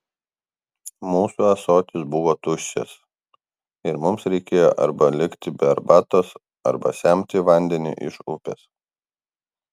mūsų ąsotis buvo tuščias ir mums reikėjo arba likti be arbatos arba semti vandenį iš upės